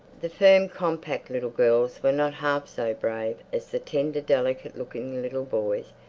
the firm compact little girls were not half so brave as the tender, delicate-looking little boys.